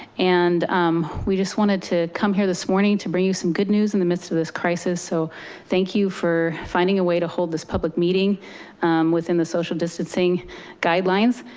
and we just wanted to come here this morning to bring you some good news in the midst of this crisis. so thank you. for finding a way to hold this public meeting within the social distancing guidelines.